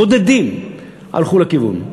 בודדים הלכו לכיוון.